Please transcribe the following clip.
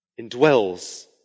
indwells